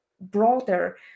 broader